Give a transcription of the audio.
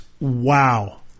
wow